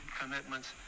commitments